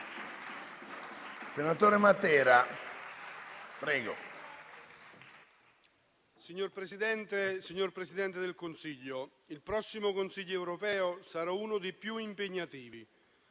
Signor Presidente, signor Presidente del Consiglio, il prossimo Consiglio europeo sarà uno dei più impegnativi.